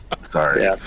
Sorry